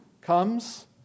comes